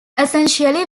essentially